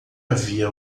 havia